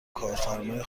کارفرمای